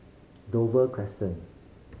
Dover Crescent